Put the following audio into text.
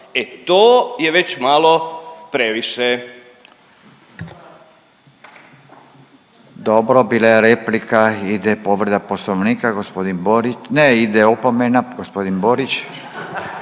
Furio (Nezavisni)** Dobro, bila je replika. Ide povreda Poslovnika gospodin Bori…, ne ide opomena. Gospodin Borić.